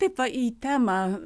taip va į temą